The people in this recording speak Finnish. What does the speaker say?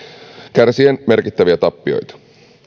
kärsien merkittäviä tappioita